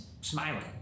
smiling